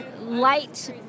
light